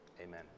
Amen